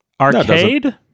Arcade